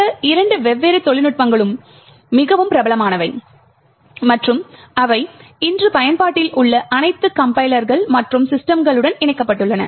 இந்த இரண்டு வெவ்வேறு தொழில்நுட்பங்களும் மிகவும் பிரபலமானவை மற்றும் அவை இன்று பயன்பாட்டில் உள்ள அனைத்து கம்பைலர்கள் மற்றும் சிஸ்டம்களிலுடன் இணைக்கப்பட்டுள்ளன